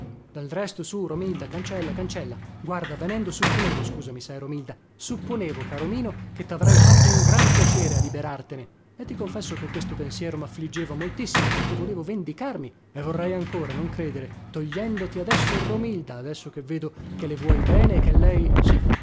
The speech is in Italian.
sù romilda cancella cancella guarda venendo supponevo scusami sai romilda supponevo caro mino che tavrei fatto un gran piacere a liberartene e ti confesso che questo pensiero maffliggeva moltissimo perché volevo vendicarmi e vorrei ancora non credere togliendoti adesso romilda adesso che vedo che le vuoi bene e che lei sì